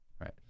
Right